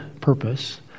purpose